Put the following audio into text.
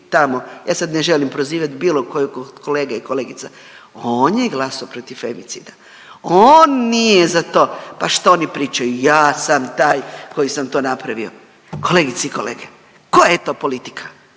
Ja sad ne želim prozivati bilo kog od kolega i kolegica. On je glasao protiv femicida, on nije za to. Pa što oni pričaju ja sam taj koji sam to napravio. Kolegice i kolege koja je to politika?